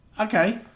Okay